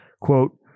quote